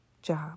job